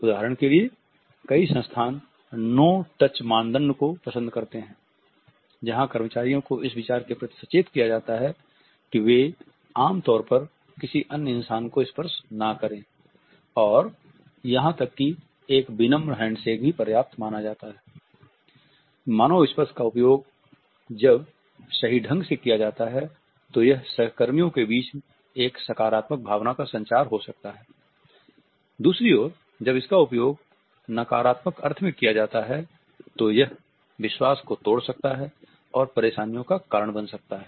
उदाहरण के लिए कई संस्थान नो टच मानदंड को पसंद करते हैं जहाँ कर्मचारियों को इस विचार के प्रति सचेत किया जाता है कि वे आम तौर पर किसी अन्य इंसान को स्पर्श न करें और यहां तक कि एक विनम्र हैण्डशेक भी पर्याप्त माना जाता मानव स्पर्श का उपयोग जब सही ढंग से किया जाता है तो सह कर्मियों के बीच एक सकारात्मक भावना का संचार हो सकता है दूसरी ओर जब इसका उपयोग नकारात्मक अर्थ में किया जाता है तो यह विश्वास को तोड़ सकता है और परेशानियों का कारण बन सकता है